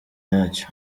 yacyo